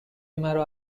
مرا